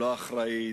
לא אחראית,